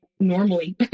normally